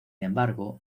embargo